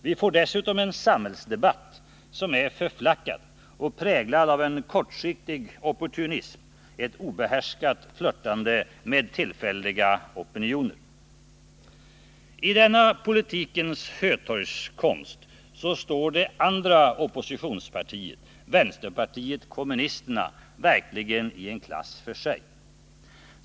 Vi får dessutom en samhällsdebatt som är förflackad och präglad av en kortsiktig opportunism, ett obehärskat flirtande med tillfälliga opinioner. I denna politikens hötorgskonst står det andra oppositionspartiet, vänsterpartiet kommunisterna, verkligen i en klass för sig.